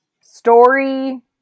story